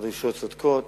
הדרישות צודקות,